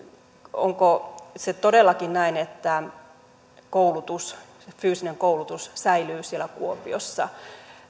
onko se todellakin näin että fyysinen koulutus säilyy siellä kuopiossa